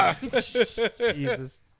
Jesus